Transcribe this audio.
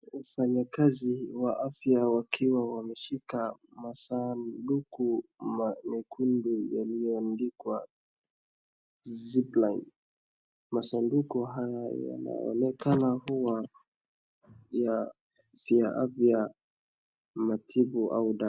wafanyikazi wa afya wakiwa wameshika masanduku nyekundu yenye imeandikwa zipline masanduku haya yanaonekana kuwa ya afya ,matibu au data